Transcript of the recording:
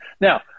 Now